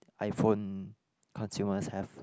um iPhone consumers have